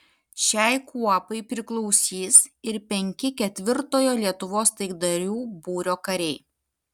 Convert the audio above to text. šiai kuopai priklausys ir penki ketvirtojo lietuvos taikdarių būrio kariai